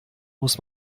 muss